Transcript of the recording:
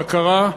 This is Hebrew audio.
בקרה,